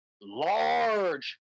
large